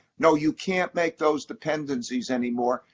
no, you can't make those dependencies anymore.